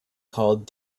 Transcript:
called